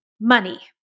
money